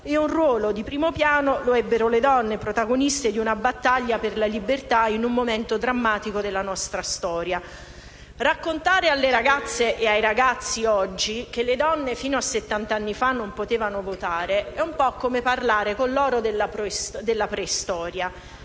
Un ruolo di primo piano lo ebbero le donne, protagoniste di una battaglia per la libertà in un momento drammatico della nostra storia. Raccontare alle ragazze e ai ragazzi di oggi che le donne, fino a settant'anni fa, non potevano votare, è un po' come parlare con loro della preistoria.